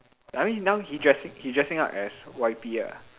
I mean now he dressing he dressing up as Y_P ah